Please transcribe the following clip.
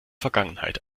vergangenheit